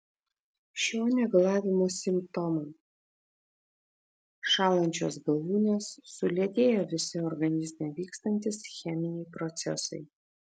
šio negalavimo simptomai šąlančios galūnės sulėtėję visi organizme vykstantys cheminiai procesai